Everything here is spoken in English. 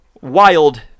wild